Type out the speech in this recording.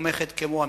ותומכת כמו אמריקה.